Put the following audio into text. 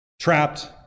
trapped